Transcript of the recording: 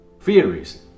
theories